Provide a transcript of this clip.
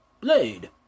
Blade